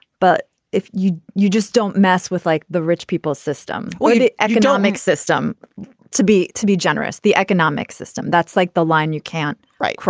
but if you you just don't mess with like the rich people's system or the economic system to be to be generous. the economic system, that's like the line you can't right.